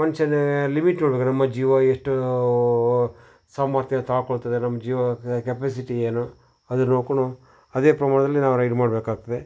ಮನುಷ್ಯನ ಲಿಮಿಟ್ ನೋಡ್ಬೇಕು ನಮ್ಮ ಜೀವ ಎಷ್ಟು ಸಾಮರ್ಥ್ಯ ತಾಳ್ಕೊಳ್ತದೆ ನಮ್ಮ ಜೀವಕ್ಕೆ ಕ್ಯಪಸಿಟಿ ಏನು ಅದ್ರ ನೋಡ್ಕೊಂಡು ಅದೇ ಪ್ರಮಾಣದಲ್ಲಿ ನಾವು ರೈಡ್ ಮಾಡಬೇಕಾಗ್ತದೆ